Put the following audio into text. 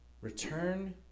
return